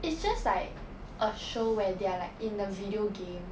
it's just like a show where they are like in a video game